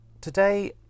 today